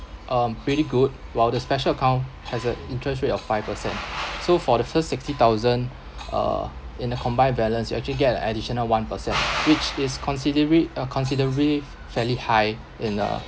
um pretty good while the special account has the interest rate of five percent so for the first sixty thousand uh in the combined balance you actually get an additional one percent which is considering uh considerably fairly high in a